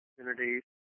opportunities